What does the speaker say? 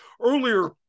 earlier